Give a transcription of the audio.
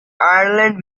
ireland